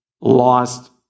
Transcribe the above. lost